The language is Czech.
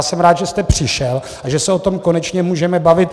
Jsem rád, že jste přišel a že se o tom konečně můžeme bavit.